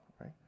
right